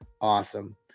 awesome